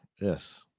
Yes